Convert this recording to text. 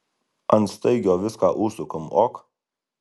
ant staigio viską užsukam ok